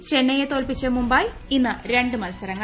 എല്ലിൽ ചെന്നൈയെ തോല്പിച്ച് മുംബൈ ഇന്ന് രണ്ട് മത്സരങ്ങൾ